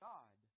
God